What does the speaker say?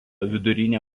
vidurinė